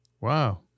Wow